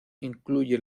incluye